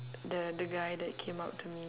the the guy that came up to me